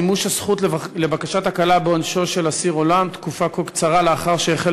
מימוש הזכות לבקשת הקלה בעונשו של אסיר עולם תקופה כה קצרה לאחר שהחל